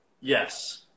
yes